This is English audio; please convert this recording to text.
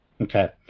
Okay